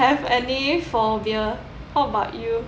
have any phobia how about you